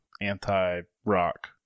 anti-rock